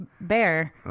bear